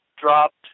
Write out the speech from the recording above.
dropped